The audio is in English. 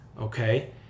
Okay